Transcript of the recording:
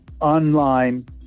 online